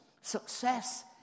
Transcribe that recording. success